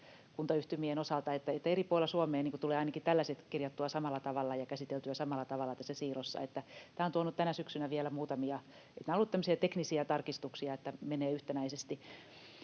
kuntayhtymien osalta, että eri puolilla Suomea tulee ainakin tällaiset kirjattua samalla tavalla ja käsiteltyä samalla tavalla tässä siirrossa. Tämä on tuonut tänä syksynä vielä — nämä ovat olleet tämmöisiä teknisiä tarkistuksia, että tämä menee yhtenäisesti